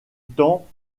temps